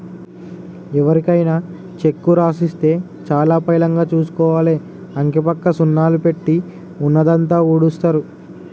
ఎవరికైనా చెక్కు రాసిస్తే చాలా పైలంగా చూసుకోవాలి, అంకెపక్క సున్నాలు పెట్టి ఉన్నదంతా ఊడుస్తరు